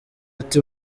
ati